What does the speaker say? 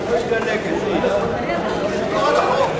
אי-אמון